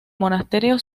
monasterio